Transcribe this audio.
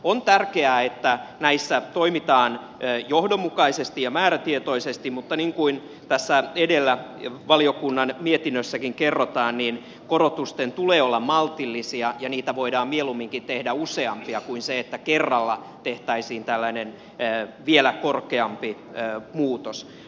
on tärkeää että näissä toimitaan johdonmukaisesti ja määrätietoisesti mutta niin kuin tässä edellä valiokunnan mietinnössäkin kerrotaan korotusten tulee olla maltillisia ja niitä voidaan mieluumminkin tehdä useampia kuin niin että kerralla tehtäisiin tällainen vielä korkeampi muutos